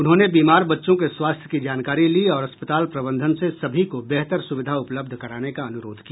उन्होंने बीमार बच्चों के स्वास्थ्य की जानकारी ली और अस्पताल प्रबंधन से सभी को बेहतर सुविधा उपलब्ध कराने का अनुरोध किया